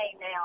now